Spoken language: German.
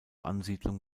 ansiedlung